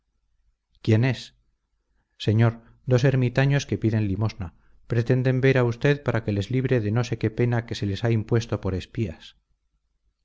quién es señor dos ermitaños que piden limosna pretenden ver a usted para que les libre de no sé qué pena que se les ha impuesto por espías